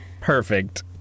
perfect